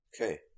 okay